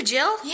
Jill